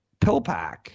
PillPack